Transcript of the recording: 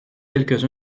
quelques